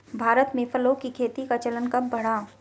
भारत में फलों की खेती का चलन कब बढ़ा?